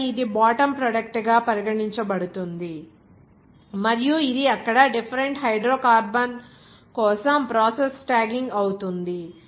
ఆపై ఇది bottom product గా పరిగణించబడుతుంది మరియు ఇది అక్కడ డిఫెరెంట్ హైడ్రోకార్బన్ కోసం ప్రాసెస్ ట్యాగింగ్ అవుతుంది